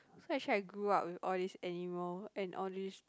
so actually I grew up with all these animal and all these